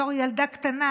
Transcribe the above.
בתור ילדה קטנה,